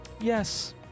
yes